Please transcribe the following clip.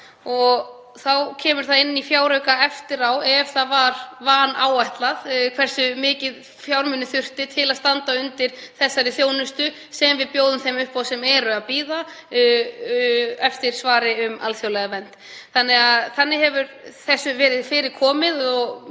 á. Það kemur inn í fjárauka eftir á ef vanáætlað var hversu mikla fjármuni þurfti til að standa undir þeirri þjónustu sem við bjóðum þeim upp á sem bíða eftir svari um alþjóðlega vernd. Þannig hefur þessu verið fyrir komið